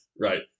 right